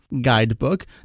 Guidebook